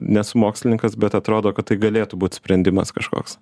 nesu mokslininkas bet atrodo kad tai galėtų būt sprendimas kažkoks